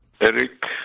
Eric